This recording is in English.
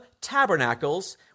Tabernacles